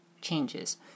changes